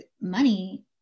money